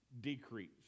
decrease